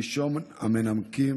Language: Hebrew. ראשון המנמקים,